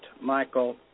Michael